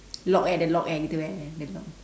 lock eh the lock eh begitu eh the lock